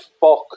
fuck